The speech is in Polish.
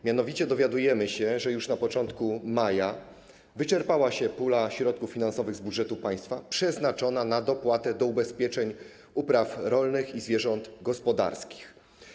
Mianowicie dowiadujemy się, że już na początku maja wyczerpała się pula środków finansowych z budżetu państwa przeznaczona na dopłatę do ubezpieczeń upraw rolnych i zwierząt gospodarskich.